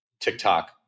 TikTok